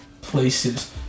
places